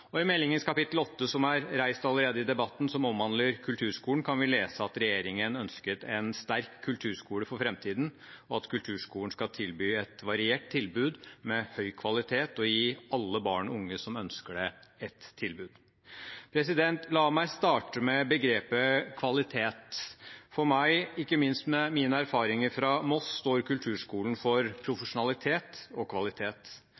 Og i meldingens kapittel 8, som allerede er trukket fram i debatten, som omhandler kulturskolen, kan vi lese at regjeringen ønsket «ein sterk kulturskole for framtida», og at kulturskolen skal ha et variert tilbud med høy kvalitet og gi alle barn og unge som ønsker det, et tilbud. La meg starte med begrepet «kvalitet». For meg, og ikke minst med mine erfaringer fra Moss, står kulturskolen for profesjonalitet og kvalitet.